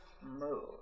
move